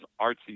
artsy